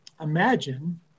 Imagine